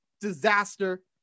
disaster